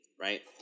right